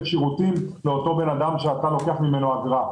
שירותים לאותו אדם שאתה לוקח ממנו אגרה,